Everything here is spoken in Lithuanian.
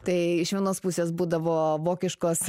tai iš vienos pusės būdavo vokiškos